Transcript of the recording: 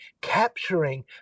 capturing